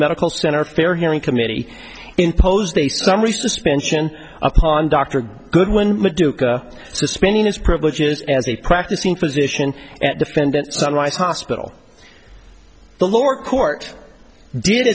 medical center fair hearing committee imposed a summary suspension upon dr goodwin maduka suspending his privileges as a practicing physician at defendant sunrise hospital the lower court did